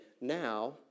Now